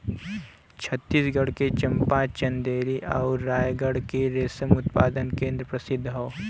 छतीसगढ़ के चंपा, चंदेरी आउर रायगढ़ के रेशम उत्पादन केंद्र प्रसिद्ध हौ